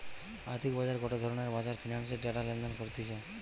আর্থিক বাজার গটে ধরণের বাজার ফিন্যান্সের ডেটা লেনদেন করতিছে